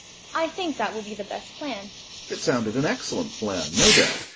i think that will be the best plan it sounded an excellent plan, no doubt,